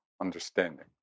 understanding